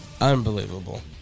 Unbelievable